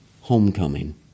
homecoming